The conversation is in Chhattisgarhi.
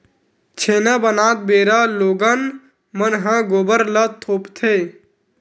छेना बनात बेरा लोगन मन ह गोबर ल थोपथे